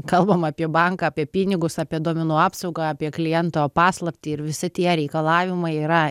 kalbam apie banką apie pinigus apie duomenų apsaugą apie kliento paslaptį ir visi tie reikalavimai yra